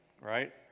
right